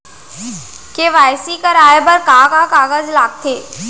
KYC कराये बर का का कागज लागथे?